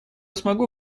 смогу